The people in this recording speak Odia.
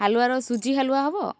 ହାଲୁଆର ସୁଜି ହାଲୁଆ ହବ